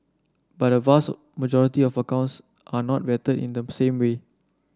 but a vast majority of accounts are not vetted in the same way